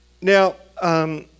Now